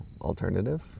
alternative